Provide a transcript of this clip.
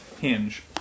hinge